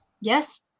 yes